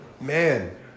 Man